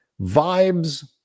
vibes